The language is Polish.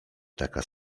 taka